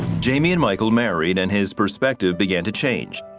jamie and michael married and his perspective began to change.